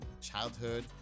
childhood